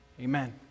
amen